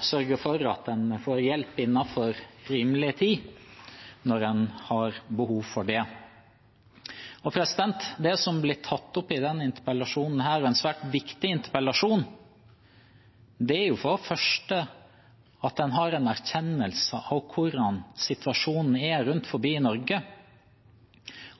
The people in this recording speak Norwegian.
sørge for at en får hjelp innen rimelig tid når en har behov for det. Det som blir tatt opp i denne interpellasjonen, en svært viktig interpellasjon, er om en har en erkjennelse av hvordan situasjonen er rundt omkring i Norge,